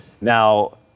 Now